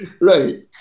Right